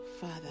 father